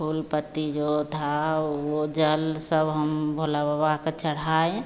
फूल पत्ती जो थी वह जल सब हम भोला बाबा को चढ़ाए